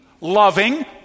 loving